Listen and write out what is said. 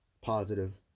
positive